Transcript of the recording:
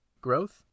growth